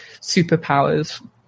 superpowers